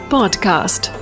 Podcast